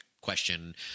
question